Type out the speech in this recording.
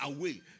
away